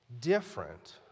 different